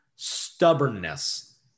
stubbornness